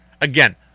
Again